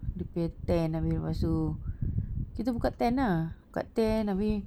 dia punya tent habis lepas tu kita buka tent ah buka tent habis